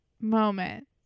Moment